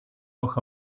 noch